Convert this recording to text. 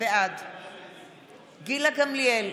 בעד גילה גמליאל,